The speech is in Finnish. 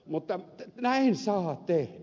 mutta näin saa tehdä